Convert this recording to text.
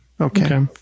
Okay